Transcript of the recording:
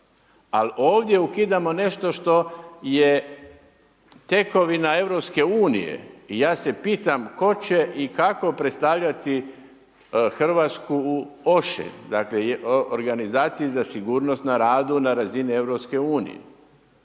ali ovdje ukidamo nešto što je tekovina Europske unije. I ja se pitam, tko će i kako predstavljati Hrvatsku u Oshai dakle organizaciji za sigurnost na radu na razini Europske unije?